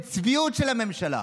זה צביעות של הממשלה.